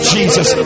Jesus